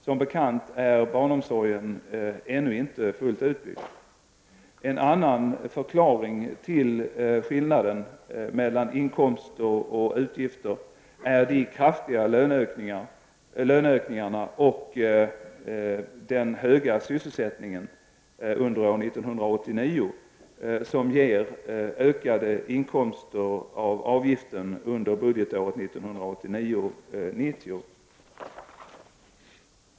Som bekant är barnomsorgen ännu inte fullt utbyggd. En annan förklaring till skillnaden mellan inkomster och utgifter är de kraftiga löneökningarna och den höga sysselsättningen under år 1989 som ger ökade inkomster av avgiften under budgetåret 1989/90.